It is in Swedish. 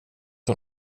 hon